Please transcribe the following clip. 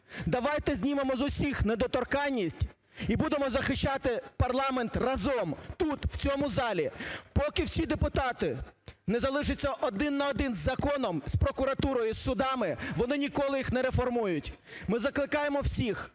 Давайте знімемо з усіх недоторканність і будемо захищати парламент разом тут, в цьому залі. Поки всі депутати не залишаться один на один з законом, з прокуратурою і з судами – вони ніколи їх не реформують. Ми закликаємо всіх,